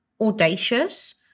audacious